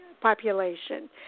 population